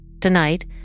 Tonight